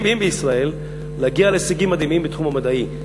בישראל להגיע להישגים מדהימים בתחום המדעי.